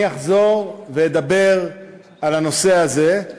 אני אחזור ואדבר על הנושא הזה,